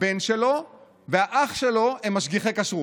הבן שלו והאח שלו הם משגיחי כשרות.